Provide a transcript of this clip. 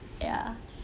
ya